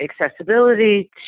accessibility